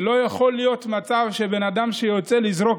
לא יכול להיות מצב שבן אדם יוצא לזרוק